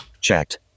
Checked